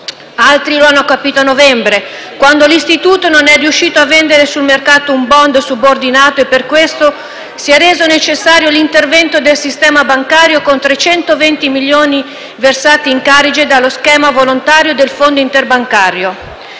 altri lo hanno capito a novembre quando l'istituto non è riuscito a vendere sul mercato un *bond* subordinato e per questo si è reso necessario l'intervento del sistema bancario con 320 milioni versati in Carige dallo schema volontario del Fondo interbancario.